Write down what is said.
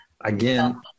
again